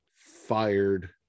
fired